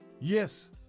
Yes